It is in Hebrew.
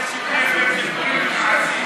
יש הבדל בין דיבורים למעשים.